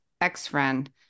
ex-friend